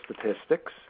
statistics